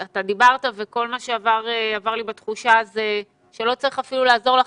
דיברת וכל מה שעבר לי בתחושה זה שלא צריך אפילו לעזור לכם,